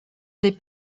des